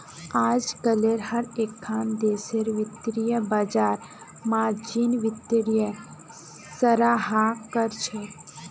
अजकालित हर एकखन देशेर वित्तीय बाजार मार्जिन वित्तक सराहा कर छेक